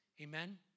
Amen